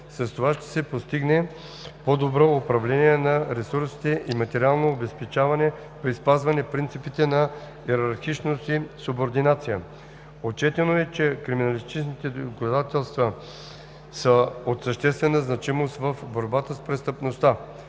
С това ще се постигне по-добро управление на ресурсите и материално обезпечаване при спазване на принципите на йерархичност и субординация. Отчетено е, че криминалистичните доказателства са от съществена значимост в борбата с престъпността.